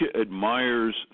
admires